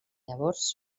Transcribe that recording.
llavors